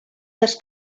this